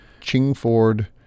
Chingford